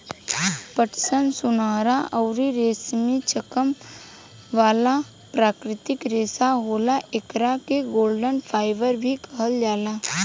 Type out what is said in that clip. पटसन सुनहरा अउरी रेशमी चमक वाला प्राकृतिक रेशा होला, एकरा के गोल्डन फाइबर भी कहल जाला